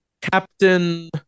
Captain